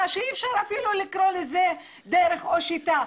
שאי אפשר אפילו לקרוא לזה דרך או שיטה,